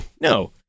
no